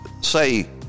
say